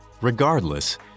Regardless